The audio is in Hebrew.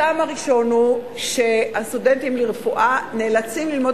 הטעם הראשון הוא שהסטודנטים לרפואה נאלצים ללמוד